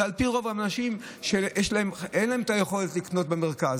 הם אנשים שאין להם את היכולת לקנות במרכז,